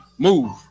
move